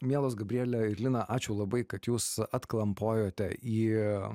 mielos gabriele ir lina ačiū labai kad jūs atklampojote į